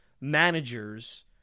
managers